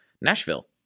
Nashville